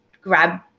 grab